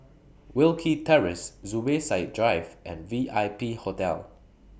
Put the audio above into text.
Wilkie Terrace Zubir Said Drive and V I P Hotel